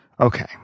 okay